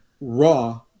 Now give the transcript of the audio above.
Raw